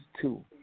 two